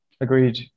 agreed